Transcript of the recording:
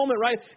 right